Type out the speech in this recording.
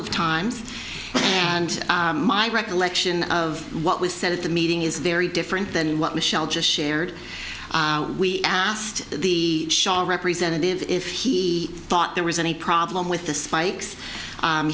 of times and my recollection of what was said at the meeting is very different than what michelle just shared we asked the shah representative if he thought there was any problem with the spikes